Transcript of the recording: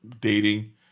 dating